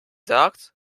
sagt